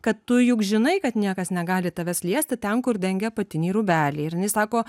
kad tu juk žinai kad niekas negali tavęs liesti ten kur dengia apatiniai rūbeliai ir jinai sako